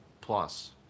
plus